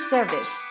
Service